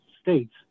states